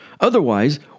Otherwise